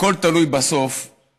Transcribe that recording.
שהכול תלוי בסוף,